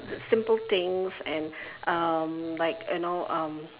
simple things and um like you know um